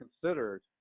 considered